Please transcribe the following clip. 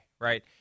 right